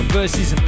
versus